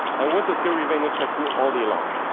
and what does gary vaynerchuk do all day long,